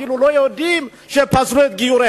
הם אפילו לא יודעים שפסלו את גיוריהם.